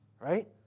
right